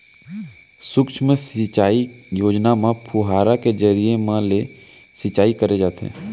सुक्ष्म सिंचई योजना म फुहारा के जरिए म ले सिंचई करे जाथे